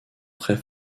très